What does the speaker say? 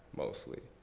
mostly.